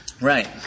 Right